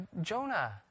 Jonah